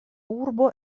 urbo